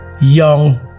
young